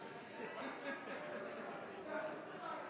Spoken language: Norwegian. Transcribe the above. Takk for det